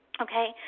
okay